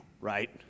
right